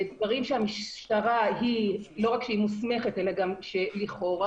דברים שהמשטרה לא רק מוסמכת אלא שהיא לכאורה